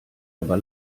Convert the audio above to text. aber